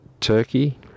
Turkey